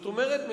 זאת אומרת,